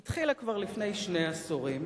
היא התחילה כבר לפני שני עשורים.